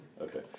Okay